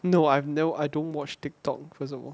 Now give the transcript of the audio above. no I've never no I don't watch TikTok